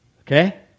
Okay